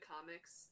comics